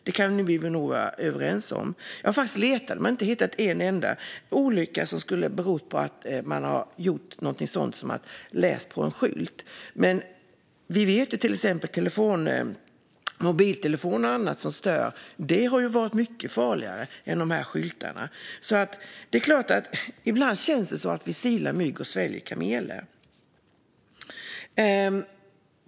Det kan vi nog vara överens om. Jag har letat, men jag har inte funnit en enda olycka som har berott på att man har läst en skylt. Däremot vet vi att störande mobiltelefoner är mycket farligare än skyltarna. Ibland känns det som att vi silar mygg och sväljer kameler.